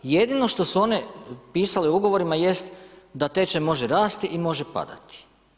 Jedino što su one pisale u ugovorima jest da tečaj može rasti i može padati.